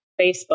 Facebook